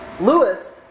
Lewis